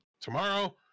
tomorrow